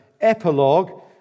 epilogue